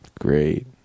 Great